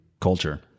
culture